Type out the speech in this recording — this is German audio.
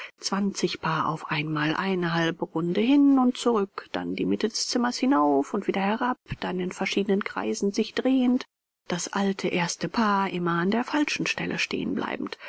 zwanzig paar auf einmal eine halbe runde hin und zurück dann die mitte des zimmers hinauf und wieder herab dann in verschiedenen kreisen sich drehend das alte erste paar immer an der falschen stelle stehen bleibend